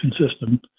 system